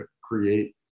create